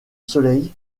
soleil